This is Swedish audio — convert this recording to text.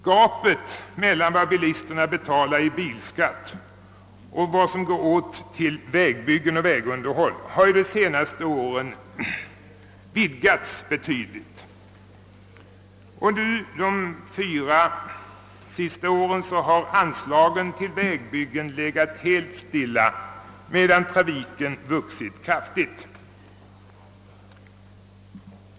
Gapet mellan vad bilisterna betalar i bilskatt och vad som går åt till vägbyggen och vägunderhåll har under de senaste åren vidgats betydligt. Under de fyra senaste åren har anslaget till vägbyggen legat helt stilla, medan trafiken vuxit kraftigt.